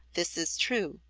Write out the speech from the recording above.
this is true.